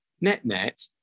net-net